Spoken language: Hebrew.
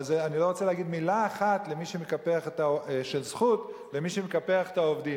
אבל אני לא רוצה להגיד מלה אחת של זכות על מי שמקפח את העובדים,